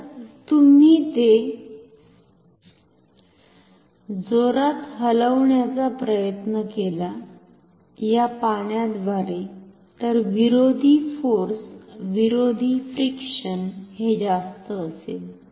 जर तुम्ही ते जोरात हलवण्याचा प्रयत्न केला या पाण्याद्वारे तर विरोधी फोर्स विरोधी फ्रिक्षण हे जास्त असेल